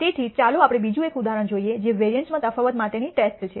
તેથી ચાલો આપણે બીજું એક ઉદાહરણ જોઈએ જે વેરિઅન્સમાં તફાવત માટેની ટેસ્ટ છે